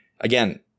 again